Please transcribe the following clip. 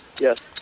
Yes